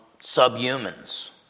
subhumans